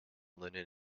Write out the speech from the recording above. lennon